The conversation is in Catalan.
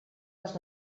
les